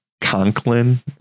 Conklin